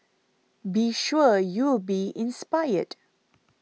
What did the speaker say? be sure you'll be inspired